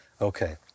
Okay